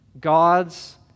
God's